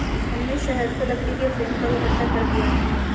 हमने शहद को लकड़ी के फ्रेम पर इकट्ठा कर दिया है